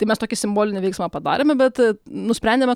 tai mes tokį simbolinį veiksmą padarėme bet nusprendėme